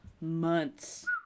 months